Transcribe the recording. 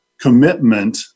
commitment